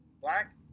black